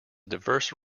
diverse